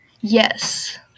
Yes